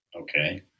okay